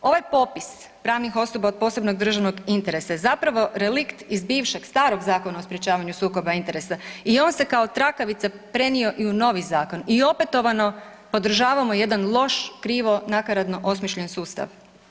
Ovaj popis pravnih osoba od posebnog državnog interesa je zapravo relikt iz bivšeg starog Zakona o sprječavanju sukoba interesa i on se kao trakavica prenio i u novi zakon i opetovano podržavamo jedan loš krivo nakaradno osmišljen sustav.